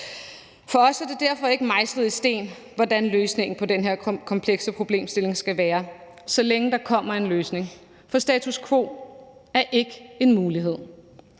For os er det derfor ikke mejslet i sten, hvordan løsningen på den her komplekse problemstilling skal være – så længe der kommer en løsning, for status quo er ikke en mulighed.